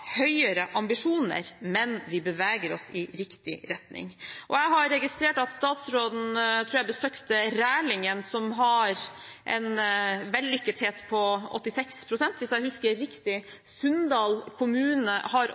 høyere ambisjoner, men vi beveger oss i riktig retning. Jeg har registrert at statsråden – tror jeg – besøkte Rælingen kommune, som har en vellykkethet på 86 pst., hvis jeg husker riktig. Sunndal kommune har